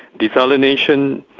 desalination,